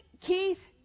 Keith